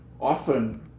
often